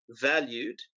valued